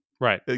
Right